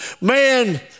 man